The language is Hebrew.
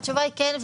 התשובה היא כן.